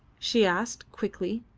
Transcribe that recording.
she asked, quickly,